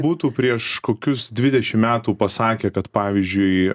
būtų prieš kokius dvidešimt metų pasakę kad pavyzdžiui